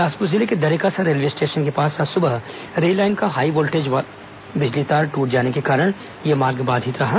बिलासपुर जिले के Darekasa railway station के पास आज सुबह रेललाइन का हाईवोल्टेज वाला बिजली तार दूट जाने के कारण यह मार्ग बाधित रहा